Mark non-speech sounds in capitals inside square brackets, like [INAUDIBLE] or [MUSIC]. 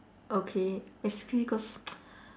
okay basically cause [NOISE]